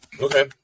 Okay